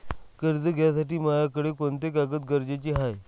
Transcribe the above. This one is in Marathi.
कर्ज घ्यासाठी मायाकडं कोंते कागद गरजेचे हाय?